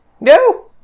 No